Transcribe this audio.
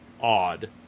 odd